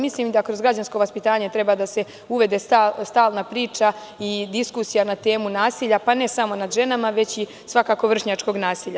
Mislim, da kroz građansko vaspitanje treba da se uvede stalna priča i diskusija na temu nasilja, pa ne samo nad ženama već i svakako vršnjačkog nasilja.